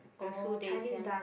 oh Chinese dance